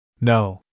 No